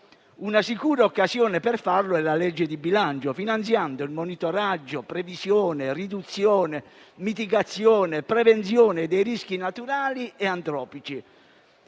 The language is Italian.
Una sicura occasione per farlo è la legge di bilancio finanziando monitoraggio, previsione, riduzione, mitigazione e prevenzione dei rischi naturali e antropici,